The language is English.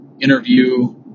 interview